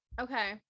Okay